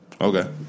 Okay